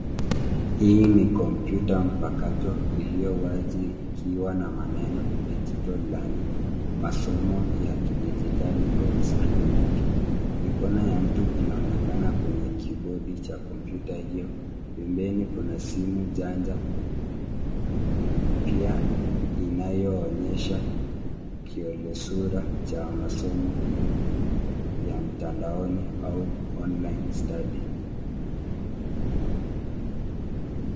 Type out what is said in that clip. Hii ni kompyuta mpakato iliyo wazi likiwa na maneno digital learning , masomo ya kidijitali kwenye skrini yake. Mikono ya mtu inaonekana kwenye kibodi cha kompyuta hio, pembeni kuna simu njanja pia inayoonyesha kiolesura cha masomo ya mtandaoni au online study .